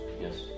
yes